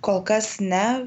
kol kas ne